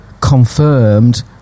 Confirmed